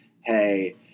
hey